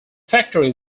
factory